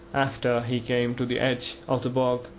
after he came to the edge of the bog,